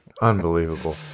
Unbelievable